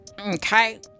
okay